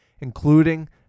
including